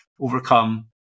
overcome